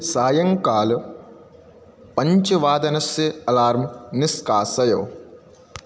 सायङ्कालपञ्चवादनस्य alarm निष्कासय